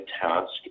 task